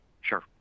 sure